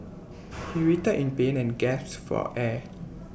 he writhed in pain and gasped for air